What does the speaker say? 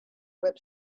web